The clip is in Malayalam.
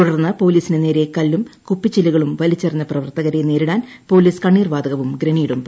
തുടർന്ന് പൊലീസിന് നേരെ കല്ലും കുപ്പിച്ചില്ലുകളും വലിച്ചെറിഞ്ഞ പ്രവർത്തകരെ നേരിടാൻ പോലീസ് കണ്ണീർ വാതകവും ഗ്രനേഡും പ്രയോഗിച്ചു